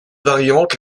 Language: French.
variante